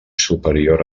superior